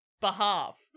behalf